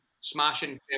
smashing